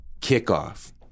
kickoff